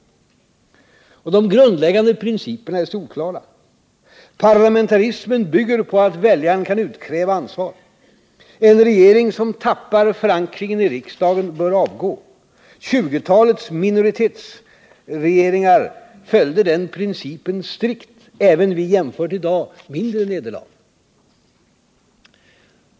De grundläggande principerna är solklara. Parlamentarismen bygger på att väljaren kan utkräva ansvar. En regering som tappar förankringen i riksdagen bör avgå. 1920-talets minoritetsregeringar följde den principen strikt även vid, jämfört med i dag, mindre nederlag.